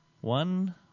One